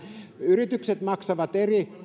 yritykset maksavat